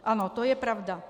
Ano, to je pravda.